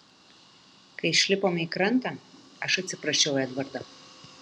kai išlipome į krantą aš atsiprašiau edvardo